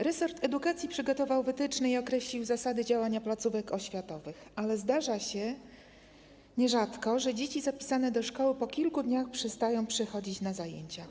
Resort edukacji przygotował wytyczne i określił zasady działania placówek oświatowych, ale zdarza się nierzadko, że dzieci zapisane do szkoły po kilku dniach przestają przychodzić na zajęcia.